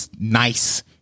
nice